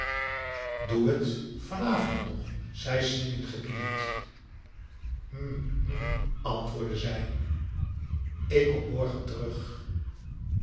doe het van avond nog zei sidin gebiedend hm hm antwoordde zij ik kom morgen terug